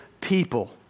people